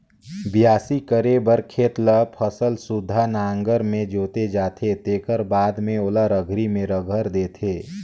बियासी करे बर खेत ल फसल सुद्धा नांगर में जोते जाथे तेखर बाद में ओला रघरी में रघर देथे